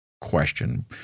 question